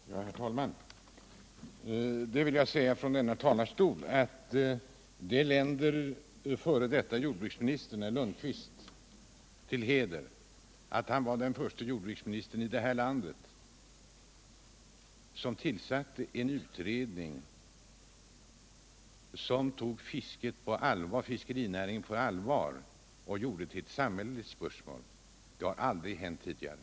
Herr talman! Jag vill från denna talarstol säga att det länder f.d. jordbruksministern Svante Lundkvist till heder att han var den förste Jordbruksminister i detta land som tillsatte en utredning där man tog fiskerinäringen på allvar och gjorde den till ett samhälleligt spörsmål. Det hade aldrig hänt tidigare.